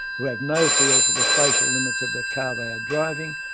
who have no feel for the spatial limits of the car they are driving,